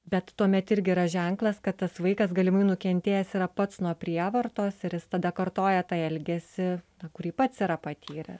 bet tuomet irgi yra ženklas kad tas vaikas galimai nukentėjęs yra pats nuo prievartos ir jis tada kartoja tą elgesį kurį pats yra patyrę